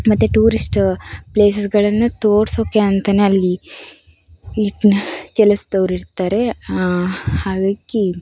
ಮತ್ತೆ ಟೂರಿಸ್ಟ್ ಪ್ಲೇಸಸ್ಗಳನ್ನು ತೋರಿಸೋಕೆ ಅಂತಲೇ ಅಲ್ಲಿ ಈ ಕೆಲಸದವರು ಇರ್ತಾರೆ ಅದಕ್ಕೆ